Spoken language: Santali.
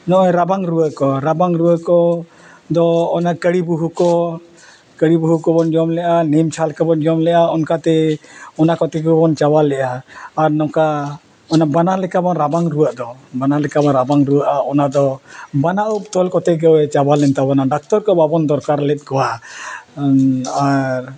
ᱱᱚᱜ ᱚᱭ ᱨᱟᱵᱟᱝ ᱨᱩᱣᱟᱹ ᱠᱚ ᱨᱟᱵᱟᱝ ᱨᱩᱣᱟᱹ ᱠᱚ ᱫᱚ ᱚᱱᱟ ᱠᱟᱹᱲᱤ ᱵᱩᱦᱩ ᱠᱚ ᱠᱟᱹᱲᱤ ᱵᱩᱦᱩ ᱠᱚᱵᱚᱱ ᱡᱚᱢ ᱞᱮᱜᱼᱟ ᱱᱤᱢ ᱪᱷᱟᱞ ᱠᱚᱵᱚᱱ ᱡᱚᱢ ᱞᱮᱜᱼᱟ ᱚᱱᱠᱟᱛᱮ ᱚᱱᱟ ᱠᱚᱛᱮ ᱜᱮᱵᱚᱱ ᱪᱟᱵᱟ ᱞᱮᱜᱼᱟ ᱟᱨ ᱱᱚᱝᱠᱟ ᱚᱱᱟ ᱵᱟᱱᱟ ᱞᱮᱠᱟ ᱵᱚᱱ ᱨᱟᱵᱟᱝ ᱨᱩᱣᱟᱹᱜ ᱫᱚ ᱵᱟᱱᱟᱞᱮᱠᱟᱵᱚᱱ ᱨᱟᱵᱟᱝ ᱨᱩᱣᱟᱹᱜᱼᱟ ᱚᱱᱟ ᱫᱚ ᱵᱟᱱᱟ ᱩᱯ ᱛᱚᱞ ᱠᱚᱛᱮ ᱜᱮ ᱪᱟᱵᱟ ᱞᱮᱱ ᱛᱟᱵᱚᱱᱟ ᱰᱟᱠᱛᱚᱨ ᱠᱚ ᱵᱟᱵᱚᱱ ᱫᱚᱨᱠᱟᱨ ᱞᱮᱫ ᱠᱚᱣᱟ ᱟᱨ